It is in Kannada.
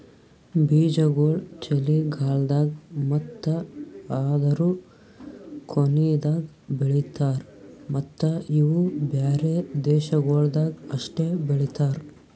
ಬೀಜಾಗೋಳ್ ಚಳಿಗಾಲ್ದಾಗ್ ಮತ್ತ ಅದೂರು ಕೊನಿದಾಗ್ ಬೆಳಿತಾರ್ ಮತ್ತ ಇವು ಬ್ಯಾರೆ ದೇಶಗೊಳ್ದಾಗ್ ಅಷ್ಟೆ ಬೆಳಿತಾರ್